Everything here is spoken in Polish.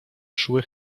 szły